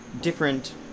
different